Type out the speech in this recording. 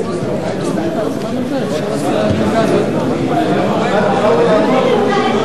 המסחר והתעסוקה (תמיכה בעסקים קטנים במגזר הערבי),